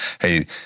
hey—